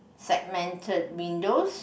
segmented windows